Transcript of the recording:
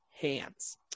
hands